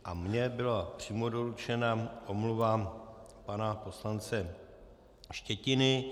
A mně byla přímo doručena omluva pana poslance Štětiny.